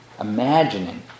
imagining